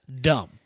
dumb